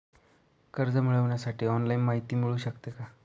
कर्ज मिळविण्यासाठी ऑनलाईन माहिती मिळू शकते का?